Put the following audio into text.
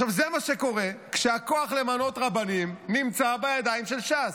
זה מה שקורה כשהכוח למנות רבנים נמצא בידיים של ש"ס.